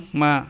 ma